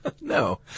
No